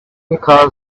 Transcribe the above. because